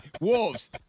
Wolves